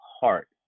heart